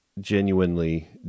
genuinely